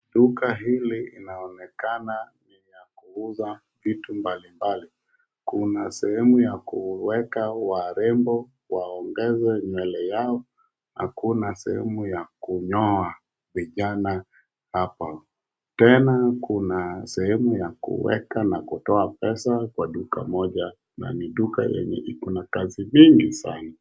Duka hili linaonekana ni la kuuza vitu mbalimbali. Kuna sehemu ya kuweka warembo waongeze nywele yao na kuna sehemu ya kunyoa vijana hapo. Tena kuna sehemu ya kuweka na kutoa pesa kwa duka moja na ni duka yenye iko na kazi mingi sana.